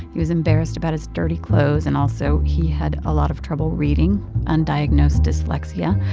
he was embarrassed about his dirty clothes. and also, he had a lot of trouble reading undiagnosed dyslexia.